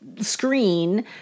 screen